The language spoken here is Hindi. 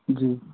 जी